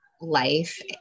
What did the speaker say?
life